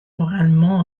moralement